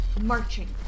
marching